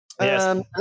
Yes